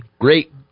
great